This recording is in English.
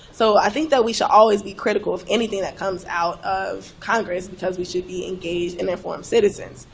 so i think that we should always be critical of anything that comes out of congress, because we should be engaged and informed citizens,